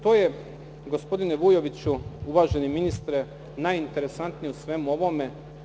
To je, gospodine Vujoviću, uvaženi ministre, najinteresantnije u svemu ovome.